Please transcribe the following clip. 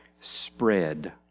spread